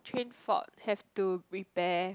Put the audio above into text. train fault have to repair